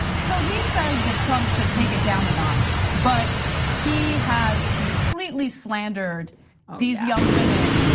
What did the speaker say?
so he says that trump should take it down a notch, but he has completely slandered these young women.